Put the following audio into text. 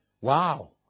Wow